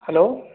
hello